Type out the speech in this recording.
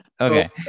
okay